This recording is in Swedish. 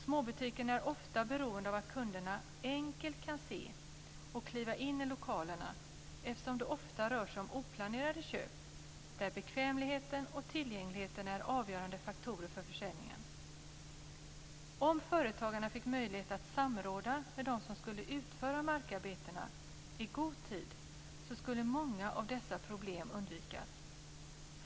Småbutikerna är ofta beroende av att kunderna enkelt kan se och kliva in i lokalerna eftersom det ofta rör sig om oplanerade köp där bekvämligheten och tillgängligheten är avgörande faktorer för försäljningen. Om företagarna fick möjlighet att i god tid samråda med dem som ska utföra markarbetena skulle många av problemen undvikas.